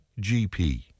GP